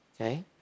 okay